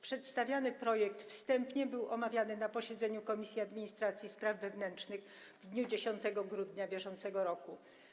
Przedstawiany projekt wstępnie był omawiany na posiedzeniu Komisji Administracji i Spraw Wewnętrznych w dniu 10 grudnia br.